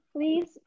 please